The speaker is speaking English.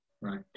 Right